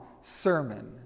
sermon